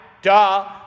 Duh